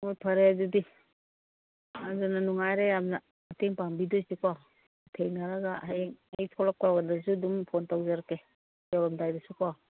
ꯍꯣꯏ ꯐꯔꯦ ꯑꯗꯨꯗꯤ ꯑꯗꯨꯅ ꯅꯨꯡꯉꯥꯏꯔꯦ ꯌꯥꯝꯅ ꯃꯇꯦꯡ ꯄꯥꯡꯕꯤꯗꯣꯏꯁꯤꯀꯣ ꯊꯦꯡꯅꯔꯒ ꯍꯌꯦꯡ ꯑꯩ ꯊꯣꯛꯂꯛꯄꯀꯥꯟꯗꯁꯨ ꯑꯗꯨꯝ ꯐꯣꯟ ꯇꯧꯖꯔꯛꯀꯦ ꯌꯧꯔꯝꯗꯥꯏꯗꯁꯨꯀꯣ